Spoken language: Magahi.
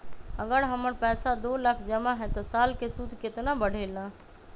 अगर हमर पैसा दो लाख जमा है त साल के सूद केतना बढेला?